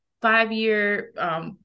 five-year